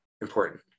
important